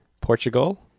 Portugal